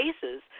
cases